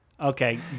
Okay